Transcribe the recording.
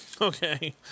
okay